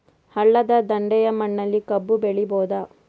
ಹಳ್ಳದ ದಂಡೆಯ ಮಣ್ಣಲ್ಲಿ ಕಬ್ಬು ಬೆಳಿಬೋದ?